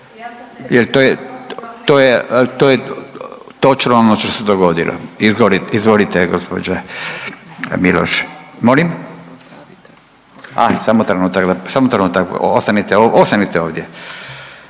to, to je točno ono što se dogodilo. Izvolite gđa. Miloš. Molim? A, samo trenutak, samo